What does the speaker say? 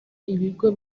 ibigo